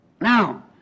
Now